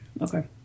Okay